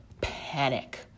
panic